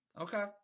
Okay